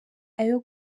ayo